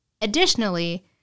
Additionally